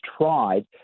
tried